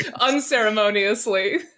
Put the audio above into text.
unceremoniously